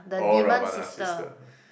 or Rabana's sister